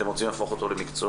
אתם רוצים להפוך את זה למקצוע,